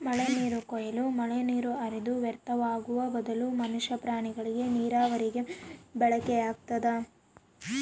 ಮಳೆನೀರು ಕೊಯ್ಲು ಮಳೆನೀರು ಹರಿದು ವ್ಯರ್ಥವಾಗುವ ಬದಲು ಮನುಷ್ಯ ಪ್ರಾಣಿಗಳಿಗೆ ನೀರಾವರಿಗೆ ಬಳಕೆಯಾಗ್ತದ